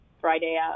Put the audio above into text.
Friday